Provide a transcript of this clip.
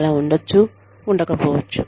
అలా ఉండవచ్చు లేదా ఉండకపోవచ్చు